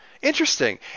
Interesting